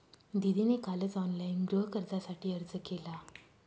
दीदीने कालच ऑनलाइन गृहकर्जासाठी अर्ज केला